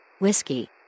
Whiskey